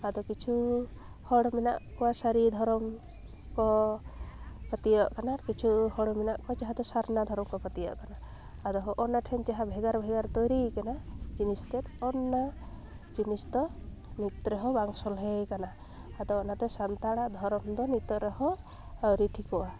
ᱟᱫᱚ ᱠᱤᱪᱷᱩ ᱦᱚᱲ ᱢᱮᱱᱟᱜ ᱠᱚᱣᱟ ᱥᱟᱹᱨᱤ ᱫᱷᱚᱨᱚᱢ ᱠᱚ ᱯᱟᱹᱛᱭᱟᱹᱣᱟᱜ ᱠᱟᱱᱟ ᱟᱨ ᱠᱤᱪᱷᱩ ᱦᱚᱲ ᱢᱮᱱᱟᱜ ᱠᱚᱣᱟ ᱡᱟᱦᱟᱸ ᱫᱚ ᱥᱟᱨᱱᱟ ᱫᱷᱚᱨᱚᱢ ᱠᱚ ᱯᱟᱹᱛᱭᱟᱹᱣᱟᱜ ᱠᱟᱱᱟ ᱟᱫᱚ ᱦᱚᱜ ᱚ ᱱᱟ ᱴᱷᱮᱱ ᱡᱟᱦᱟᱸ ᱵᱷᱮᱜᱟᱨ ᱵᱷᱮᱜᱟᱨ ᱛᱟᱭᱨᱤᱭ ᱠᱟᱱᱟ ᱡᱤᱱᱤᱥ ᱛᱮᱫ ᱚᱱᱱᱟ ᱡᱤᱱᱤᱥ ᱫᱚ ᱱᱤᱛ ᱨᱮᱦᱚᱸ ᱵᱟᱝ ᱥᱚᱞᱦᱮᱭ ᱠᱟᱱᱟ ᱟᱫᱚ ᱚᱱᱟᱛᱮ ᱥᱟᱱᱛᱟᱲᱟᱜ ᱫᱷᱚᱨᱚᱢ ᱫᱚ ᱱᱤᱛᱚᱜ ᱨᱮᱦᱚᱸ ᱟᱣᱨᱤ ᱴᱷᱤᱠᱚᱜᱼᱟ